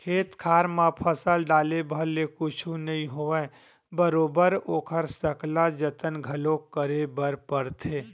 खेत खार म फसल डाले भर ले कुछु नइ होवय बरोबर ओखर सकला जतन घलो करे बर परथे